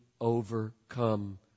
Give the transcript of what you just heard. overcome